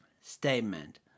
Statement